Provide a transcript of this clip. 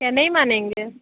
क्या नहीं मानेंगे